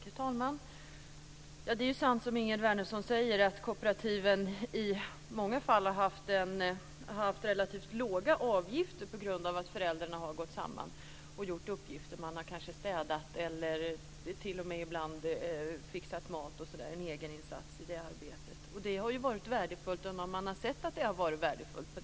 Herr talman! Det är sant, som Ingegerd Wärnersson säger, att kooperativen i många fall har haft relativt låga avgifter på grund av att föräldrarna har gått samman och utfört en egeninsats. De har kanske städat och ibland t.o.m. stått för mathållning osv. Detta har varit värdefullt och har också betraktats så.